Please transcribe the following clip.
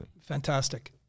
Fantastic